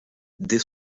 dès